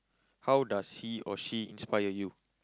how does he or she inspire you